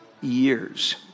years